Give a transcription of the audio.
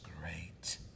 great